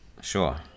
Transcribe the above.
sure